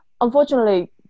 unfortunately